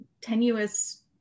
tenuous